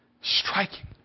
Striking